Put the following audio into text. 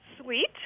sweet